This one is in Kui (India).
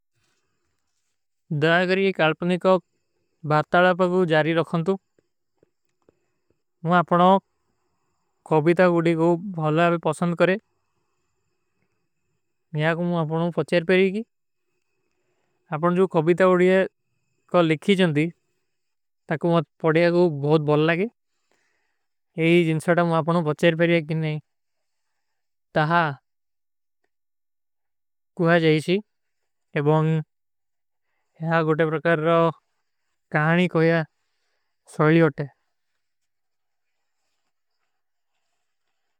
ଦ୍ରାଗରୀ କାଲ୍ପନୀ କା ବାର୍ଥାଲା ପର ଜାରୀ ରଖନତୁ, ମୁଝେ ଆପନା ଖଵିତା ଉଡୀ ଗୋଈ ବହୁତ ବହୁତ ବହୁତ ପସଂଦ କରେଂ। ଯହାଁ କୋ ମୁଝେ ଆପନା ପଚ୍ଚେର ପେରୀ କୀ। ଆପନା ଖଵିତା ଉଡୀ କୋ ଲିଖୀ ଜୋଂଦୀ, ତକୋ ମୁଝେ ପଡିଯା ଗୋ ବହୁତ ବହୁତ ଲାଗେ। ଯହୀ ଜିନ୍ସାଟ ମୁଝେ ଆପନା ପଚ୍ଚେର ପେରୀ କୀ ନହୀଂ। ତହାଂ କୁହା ଜାଯୀ ଶୀ, ଏବଂଗ ଯହାଂ ଗୋଟେ ପ୍ରକାର କହାନୀ କୋଯା ସୋଲୀ ହୋତେ।